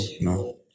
no